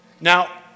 Now